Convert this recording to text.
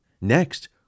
Next